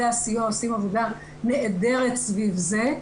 הסיוע עושים עבודה נהדרת סביב זה,